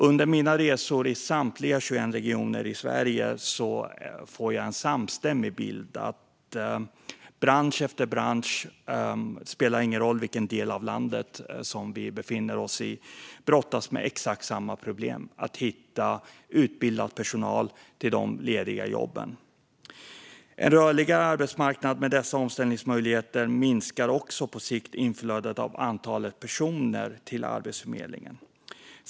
Under mina resor i samtliga 21 regioner i Sverige får jag en samstämmig bild av att bransch efter bransch - det spelar ingen roll vilken del av landet som vi befinner oss i - brottas med exakt samma problem, nämligen att hitta utbildad personal till de lediga jobben. En rörligare arbetsmarknad med dessa omställningsmöjligheter minskar också på sikt inflödet av antalet personer till Arbetsförmedlingen.